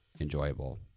enjoyable